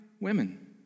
Women